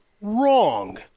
wrong